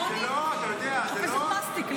זה לא, אתה יודע, זה לא בתקנון.